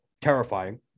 terrifying